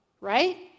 right